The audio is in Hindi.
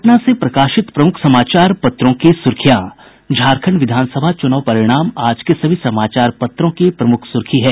पटना से प्रकाशित प्रमुख समाचार पत्रों की सुर्खियां झारखंड विधानसभा चुनाव परिणाम आज के सभी समाचार पत्रों की प्रमुख सुर्खी है